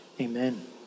Amen